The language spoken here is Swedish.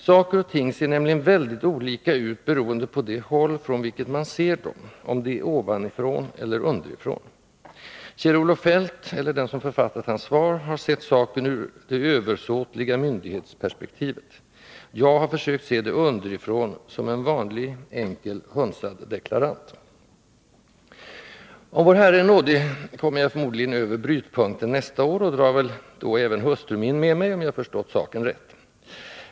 Saker och ting ser nämligen väldigt olika ut beroende på det håll, från vilket man ser dem — om det är ovanifrån eller underifrån. Kjell-Olof Feldt — eller den som författat hans svar — har sett saken ur det översåtliga myndighetsperspektivet. Jag har försökt se det underifrån, som en vanlig, enkel, hunsad deklarant. Om Vår Herre är nådig kommer jag förmodligen över brytpunkten nästa år och drar väl då även hustru min med mig, om jag förstått saken rätt.